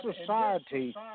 society